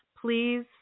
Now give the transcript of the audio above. please